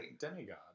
demigod